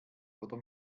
oder